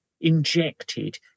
injected